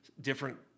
Different